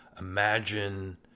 imagine